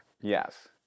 Yes